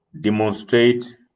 demonstrate